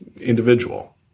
individual